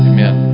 Amen